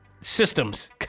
systems